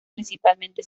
principalmente